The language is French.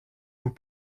vous